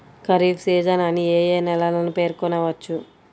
Kharif season అని ఏ ఏ నెలలను పేర్కొనవచ్చు?